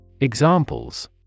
Examples